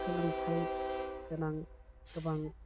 सोलोंथाइ गोनां गोबां